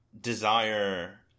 desire